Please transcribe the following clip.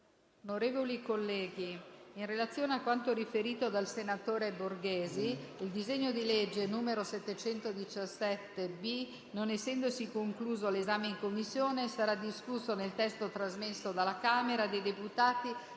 Onorevoli colleghi, in relazione a quanto riferito dal senatore Borghesi, il disegno di legge n. 717-B, non essendosi concluso l'esame in Commissione, sarà discusso nel testo trasmesso dalla Camera dei deputati